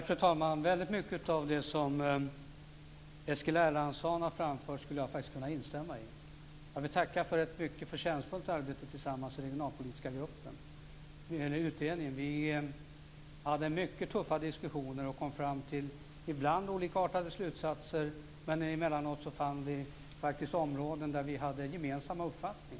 Fru talman! Väldigt mycket av det som Eskil Erlandsson har framfört skulle jag faktiskt kunna instämma i. Jag vill tacka för det mycket förtjänstfulla arbete vi gjorde tillsammans i den regionalpolitiska utredningen. Vi hade mycket tuffa diskussioner och kom ibland fram till olikartade slutsatser, men emellanåt fann vi områden där vi hade en gemensam uppfattning.